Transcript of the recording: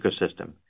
ecosystem